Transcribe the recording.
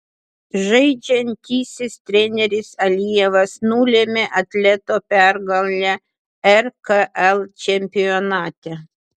žaidžiantysis treneris alijevas nulėmė atleto pergalę rkl čempionate